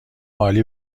عالی